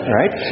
right